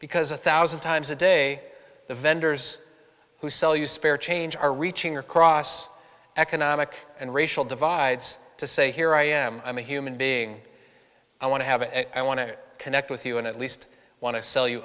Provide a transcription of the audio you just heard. because a thousand times a day the vendors who sell you spare change are reaching across economic and racial divides to say here i am i mean human being i want to have it i want to connect with you and at least want to sell you